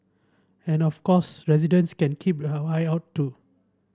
and of course residents can keep your eye out too